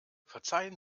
verzeihen